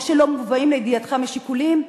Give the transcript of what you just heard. או שלא מובאים לידיעתך משיקולים שונים,